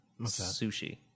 sushi